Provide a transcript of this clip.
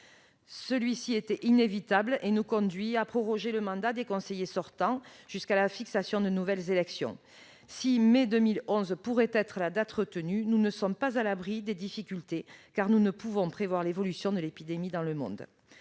Celui-ci était inévitable et nous conduit à proroger le mandat des conseillers sortants jusqu'à la fixation de nouvelles élections. Si la date de mai 2021 doit pouvoir être retenue, nous ne sommes pas à l'abri de difficultés, car nous ne pouvons prévoir l'évolution de l'épidémie dans le monde.